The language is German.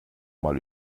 mal